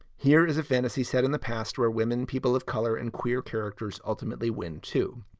here is a fantasy set in the past where women, people of color and queer characters ultimately win to